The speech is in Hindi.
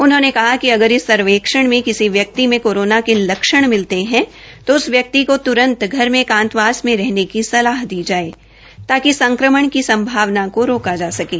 उन्होंने कहा कि अगर इस सर्वेक्षण मे किसी व्यक्ति मे कोरोना के लक्ष्ण मिलते है तो उस व्यकित को त्रंत घर में एकांतवास में रहने की सलाह दी जो ताकि संक्रमण की संभावना को रोका जा सकें